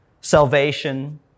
salvation